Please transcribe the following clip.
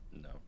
No